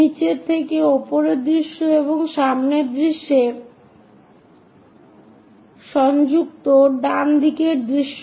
নীচের থেকে উপরের দৃশ্য এবং এই সামনের দৃশ্যে সংযুক্ত ডান দিকের দৃশ্য